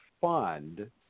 fund